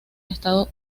estado